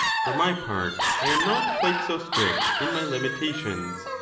for my part, i am not quite so strict in my limitations,